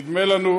נדמה לנו,